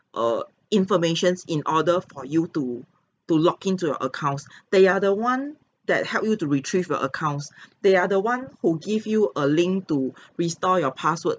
err informations in order for you to to log in to your accounts they are the one that help you to retrieve your accounts they are the one who give you a link to restore your password